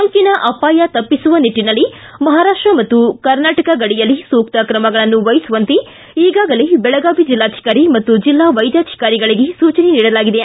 ಸೋಂಕಿನ ಅಪಾಯ ತಪ್ಪಿಸುವ ನಿಟ್ಟನಲ್ಲಿ ಮಹಾರಾಷ್ಟ ಮತ್ತು ಕರ್ನಾಟಕ ಗಡಿಯಲ್ಲಿ ಸೂಕ್ತ ಕ್ರಮಗಳನ್ನು ವಹಿಸುವಂತೆ ಈಗಾಗಲೇ ಬೆಳಗಾವಿ ಜಿಲ್ಲಾಧಿಕಾರಿ ಮತ್ತು ಜಿಲ್ಲಾ ವೈದ್ಯಾಧಿಕಾರಿಗಳಿಗೆ ಸೂಚನೆ ನೀಡಲಾಗಿದೆ